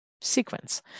sequence